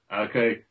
Okay